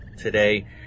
today